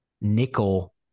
nickel